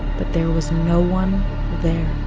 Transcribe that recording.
but there was no one there.